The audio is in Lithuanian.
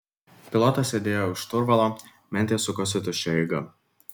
pilotas sėdėjo už šturvalo mentės sukosi tuščia eiga